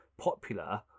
popular